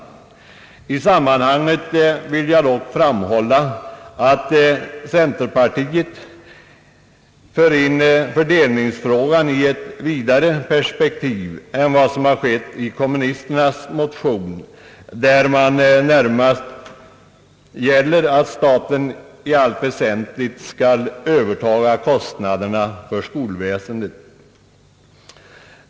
I sammanhanget vill jag dock framhålla att centerpartiet för in fördelningsfrågan i ett vidare perspektiv än som sker i kommunisternas motion, där det närmast gäller att staten skall i allt väsentligt övertaga kostnaderna för skolväsendet.